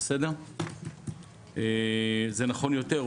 זה נכון יותר,